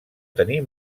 tenir